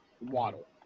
Waddle